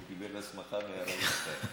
הוא קיבל הסמכה מהרב ישראל.